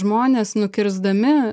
žmonės nukirsdami